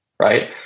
right